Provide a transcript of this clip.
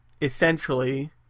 essentially